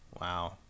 Wow